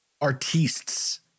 artists